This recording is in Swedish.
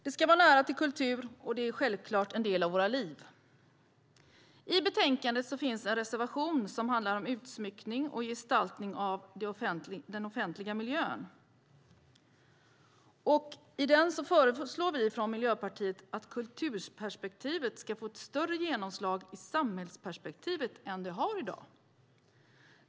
Det ska vara nära till kultur, och den är självklart en del av våra liv. I betänkandet finns en reservation som handlar om utsmyckning och gestaltning av den offentliga miljön. I den föreslår vi från Miljöpartiet att kulturperspektivet ska få ett större genomslag i samhället än det har i dag.